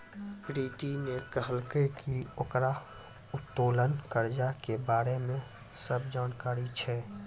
प्रीति ने कहलकै की ओकरा उत्तोलन कर्जा के बारे मे सब जानकारी छै